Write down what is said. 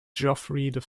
geoffrey